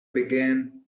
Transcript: began